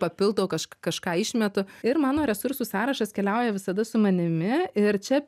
papildau kažk kažką išmetu ir mano resursų sąrašas keliauja visada su manimi ir čia